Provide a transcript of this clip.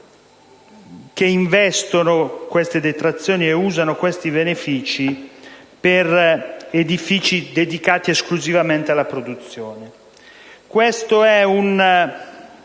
che investono queste detrazioni e usano questi benefici per edifici dedicati esclusivamente alla produzione.